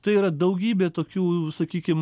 tai yra daugybė tokių sakykim